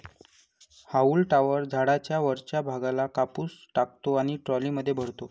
haulm topper झाडाच्या वरच्या भागाला कापून टाकतो आणि ट्रॉलीमध्ये भरतो